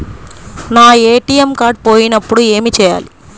నా ATM card పోయినప్పుడు ఏమి చేయాలి?